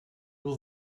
will